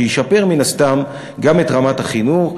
שישפר מן הסתם גם את רמת החינוך,